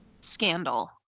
scandal